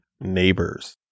Neighbors